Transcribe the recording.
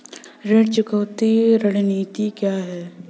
ऋण चुकौती रणनीति क्या है?